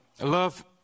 love